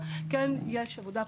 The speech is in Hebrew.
אבל כן יש עבודה.